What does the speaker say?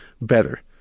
better